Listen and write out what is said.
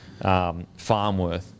Farmworth